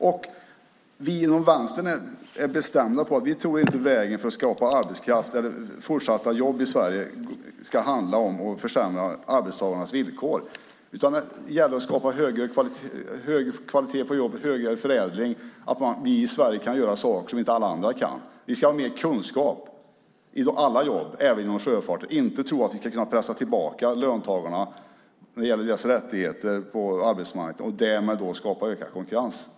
Vi inom Vänstern är bestämda med att vi inte tror att vägen för att skapa arbetskraft eller fortsatta jobb i Sverige handlar om att försämra arbetstagarnas villkor, utan det gäller att skapa högre kvalitet på jobbet, förädling. Det handlar om att vi i Sverige kan göra saker som inte alla andra kan. Vi ska ha mer kunskap inom alla jobb, även inom sjöfarten, och inte tro att vi kan pressa tillbaka löntagarna när det gäller deras rättigheter på arbetsmarknaden och därmed skapa ökad konkurrens.